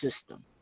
system